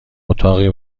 اتاقی